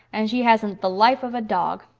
and she hasn't the life of a dog.